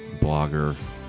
blogger